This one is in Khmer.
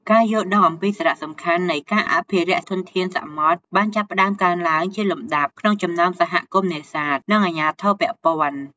ការយល់ដឹងអំពីសារៈសំខាន់នៃការអភិរក្សធនធានសមុទ្របានចាប់ផ្តើមកើនឡើងជាលំដាប់ក្នុងចំណោមសហគមន៍នេសាទ និងអាជ្ញាធរពាក់ព័ន្ធ។